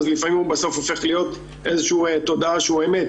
לפעמים הופך להיות בתודעה שהוא אמת.